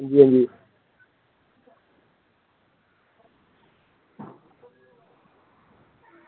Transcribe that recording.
आं जी आं जी